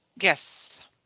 Yes